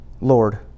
Lord